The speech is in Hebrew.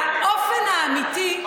באופן האמיתי,